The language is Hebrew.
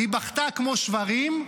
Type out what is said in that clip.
היא בכתה כמו שברים,